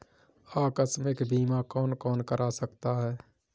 आकस्मिक बीमा कौन कौन करा सकता है?